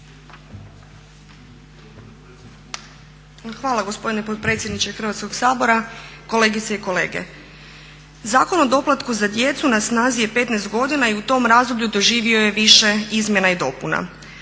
Hvala gospodine potpredsjedniče Hrvatskog sabora, kolegice i kolege. Zakon o doplatku za djecu na snazi je 15 godina i u tom razdoblju doživio je više izmjena i dopuna.